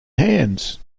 hands